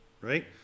right